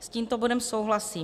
S tímto bodem souhlasím.